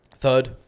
Third